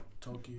Tokyo